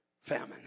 famine